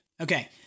Okay